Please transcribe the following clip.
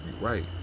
right